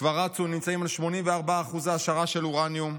כבר רצו, ונמצאים על 84% העשרה של אורניום,